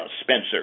Spencer